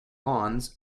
lawns